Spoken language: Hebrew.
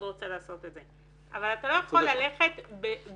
רוצה לעשות את זה אבל אתה לא יכול ללכת בטור,